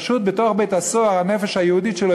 פשוט בתוך בית-הסוהר הנפש היהודית שלו,